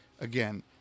again